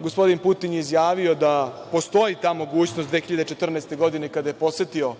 gospodin Putin je izjavio da postoji ta mogućnost 2014. godine. I kada je posetio